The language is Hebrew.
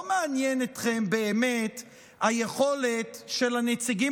לא באמת מעניינת אתכם היכולת של הנציגים